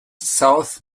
south